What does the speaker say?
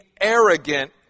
arrogant